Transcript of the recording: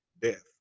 death